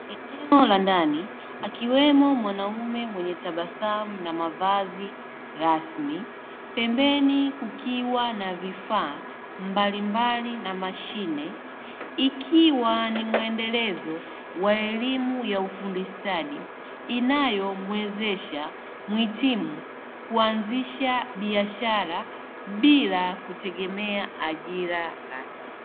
Eneo la ndani akiwemo mwanamume mwenye tabasamu na mavazi rasmi, pembeni kukiwa na vifaa mbalimbali na mashine ikiwa ni mwendelezo wa elimu ya ufundi stadi, inayomwezesha mwitimu kuanzisha biashara bila kutengemea ajira rasmi.